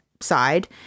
side